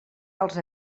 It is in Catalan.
als